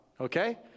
okay